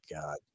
God